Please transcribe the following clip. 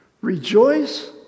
rejoice